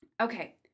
Okay